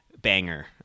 banger